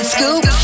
Scoop